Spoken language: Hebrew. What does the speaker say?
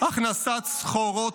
הכנסת סחורות,